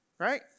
right